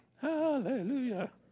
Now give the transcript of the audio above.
Hallelujah